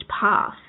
path